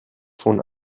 von